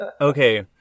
Okay